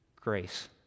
grace